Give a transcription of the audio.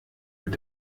mit